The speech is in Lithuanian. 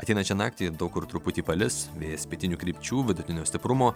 ateinančią naktį daug kur truputį palis vėjas pietinių krypčių vidutinio stiprumo